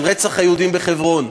של רצח היהודים בחברון.